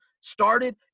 started